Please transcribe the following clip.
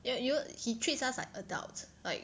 you know you know he treats us like adults like